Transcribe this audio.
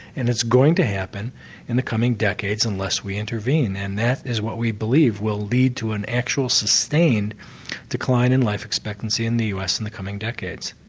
and it's going to happen in the coming decades unless we intervene, and that is what we believe will lead to an actual sustained decline in life expectancy in the us in the coming decades.